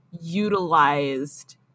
utilized